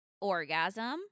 orgasm